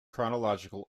chronological